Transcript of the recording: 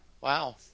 Wow